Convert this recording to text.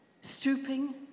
Stooping